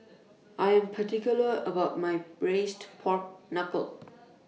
I Am particular about My Braised Pork Knuckle